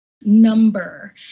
number